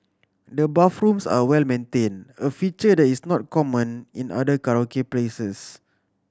the bathrooms are well maintained a feature that is not common in other karaoke places